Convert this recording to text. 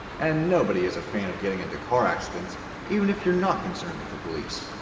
and nobody is a fan of getting into car accidents even if you're not concerned with the police.